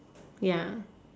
ya